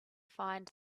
find